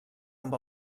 amb